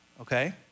okay